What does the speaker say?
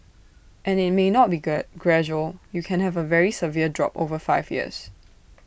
and IT may not be gradual you can have A very severe drop over five years